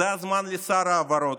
זה הזמן לשר ההבהרות.